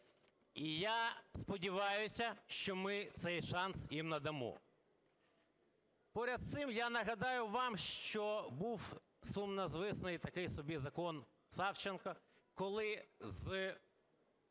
і я сподіваюся, що ми цей шанс їм надамо. Поряд з цим, я нагадаю вам, що був сумнозвісний такий собі закон Савченко, коли з